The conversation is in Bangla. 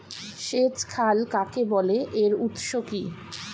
সেচ খাল কাকে বলে এর উৎস কি?